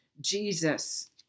Jesus